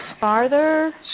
farther